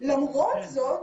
למרות זאת